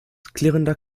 klirrender